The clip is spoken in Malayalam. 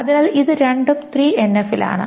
അതിനാൽ ഇത് രണ്ടും 3 എൻഎഫിലാണ്